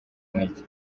intege